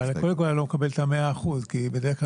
אבל קודם כל אני לא מקבל את ה-100% כי בדרך כלל